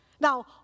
now